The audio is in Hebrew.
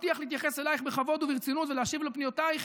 מבטיח להתייחס אלייך בכבוד וברצינות ולהשיב על פניותייך